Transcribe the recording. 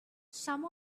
some